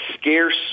scarce